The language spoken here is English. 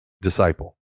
disciple